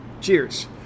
Cheers